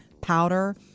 powder